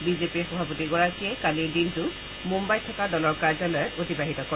বিজেপিৰ সভাপতিগৰাকীয়ে কালিৰ দিনটোত মুঘ়াইত থকা দলৰ কাৰ্যালয়ত অতিবাহিত কৰে